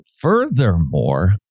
Furthermore